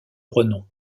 renom